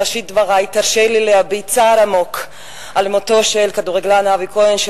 בראשית דברי תרשה לי להביע צעד עמוק על מותו של הכדורגלן אבי כהן.